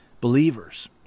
Believers